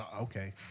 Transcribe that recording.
Okay